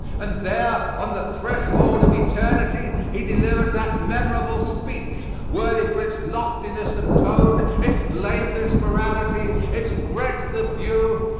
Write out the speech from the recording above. and there, on the threshold of eternity, he delivered that memorable speech, worthy for its loftiness of tone, its blameless morality, its breadth of view,